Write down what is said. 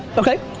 okay.